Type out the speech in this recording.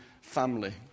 family